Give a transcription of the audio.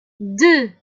deux